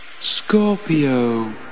Scorpio